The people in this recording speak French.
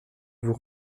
vous